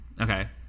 Okay